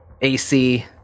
AC